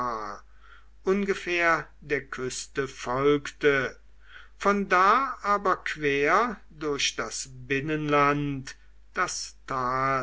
ungefähr der küste folgte von da aber quer durch das binnenland das tal